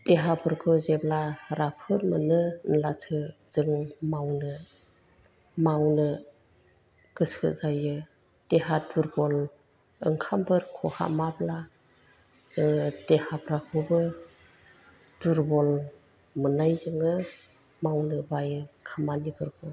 देहाफोरखौ जेब्ला राफोद मोनो होमब्लासो जों मावनो मावनो गोसो जायो देहा दुरबल ओंखामफोर खहामाब्ला जोङो देहाफ्राखौबो दुरबल मोननायजोंनो मावनो बायो खामानिफोरखौ